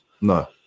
No